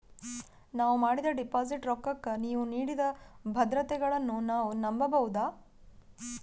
ನಾವು ಮಾಡಿದ ಡಿಪಾಜಿಟ್ ರೊಕ್ಕಕ್ಕ ನೀವು ನೀಡಿದ ಭದ್ರತೆಗಳನ್ನು ನಾವು ನಂಬಬಹುದಾ?